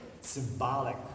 symbolic